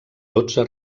dotze